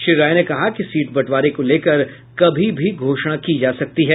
श्री राय ने कहा कि सीट बंटवारे को लेकर कभी भी घोषणा की जा सकती है